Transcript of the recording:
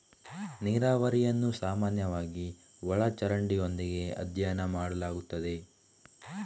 ನೀರಾವರಿಯನ್ನು ಸಾಮಾನ್ಯವಾಗಿ ಒಳ ಚರಂಡಿಯೊಂದಿಗೆ ಅಧ್ಯಯನ ಮಾಡಲಾಗುತ್ತದೆ